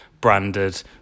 Branded